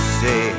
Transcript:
say